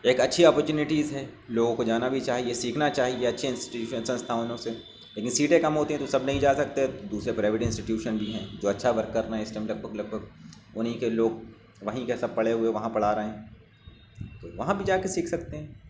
ایک اچھی اپارچونیٹیز ہے لوگوں کو جانا بھی چاہیے سیکھنا چاہیے اچھے انسٹیٹیوٹس سنستھانوں سے لیکن سیٹیں کم ہوتیں تو ہے سب نہیں جا سکتے دوسرے پرائیویٹ انسٹیوشن بھی ہیں جو اچھا ورک کر رہے ہیں اس ٹائم لگ بھگ لگ بھگ انہیں کے لوگ وہیں کے سب پڑھے ہوئے وہاں پڑھا رہے ہیں وہاں بھی جا کے سیکھ سکتے ہیں